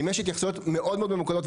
אם יש התייחסויות מאוד מאוד ממוקדות,